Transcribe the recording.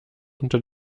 unter